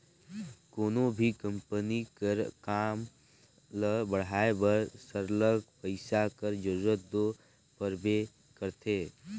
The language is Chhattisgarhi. कोनो भी कंपनी कर काम ल बढ़ाए बर सरलग पइसा कर जरूरत दो परबे करथे